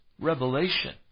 revelation